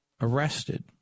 arrested